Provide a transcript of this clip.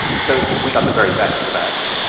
so we got the very best of the best.